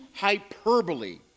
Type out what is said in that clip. hyperbole